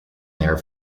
mayor